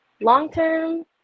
Long-term